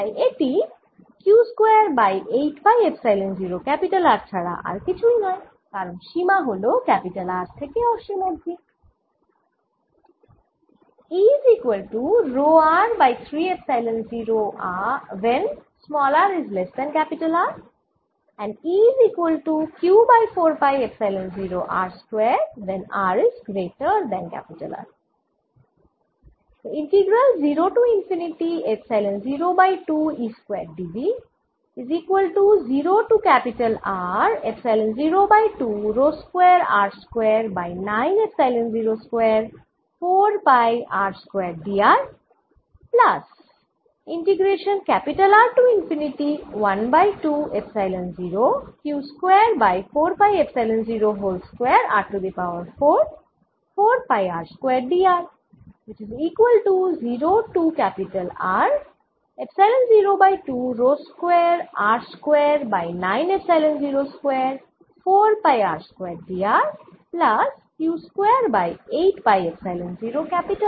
তাই এটি Q square by 8 pi epsilon 0 R ছাড়া আর কিছুই নয় কারণ সীমা হল R থেকে অসীম অবধি